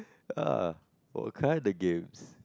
uh what kinda games